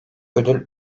ödül